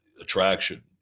attraction